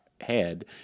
head